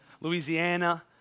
Louisiana